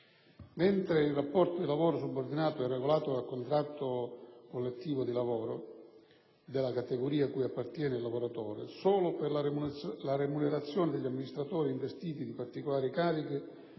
Mentre il rapporto di lavoro subordinato è regolato dal contratto collettivo di lavoro della categoria cui appartiene il lavoratore, solo per la remunerazione degli amministratori investiti di particolari cariche